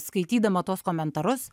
skaitydama tuos komentarus